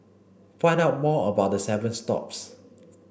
find out more about the seven stops